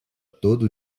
todo